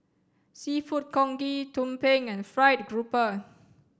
seafood congee tumpeng and fried grouper